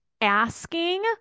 asking